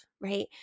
Right